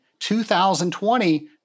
2020